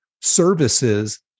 services